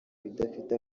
bidafite